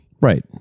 Right